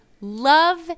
love